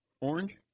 orange